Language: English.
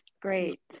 great